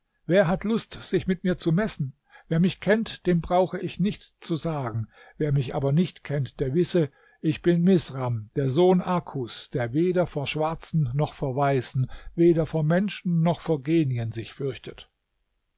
wer hat lust sich mit mir zu messen wer mich kennt dem brauche ich nichts zu sagen wer mich aber nicht kennt der wisse ich bin misram der sohn akus der weder vor schwarzen noch vor weißen weder vor menschen noch vor genien sich fürchtet